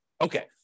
Okay